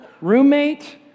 roommate